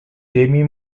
jamie